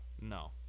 No